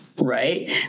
right